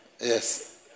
Yes